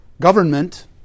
government